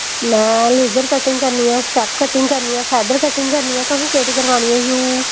में इद्धर कटिंग करने आं अस स्टैप कटिंग करने आं फैदर कटिंग करने आं तुसें केह्ड़ी करवानी ऐ